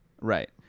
Right